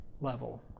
level